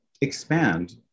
expand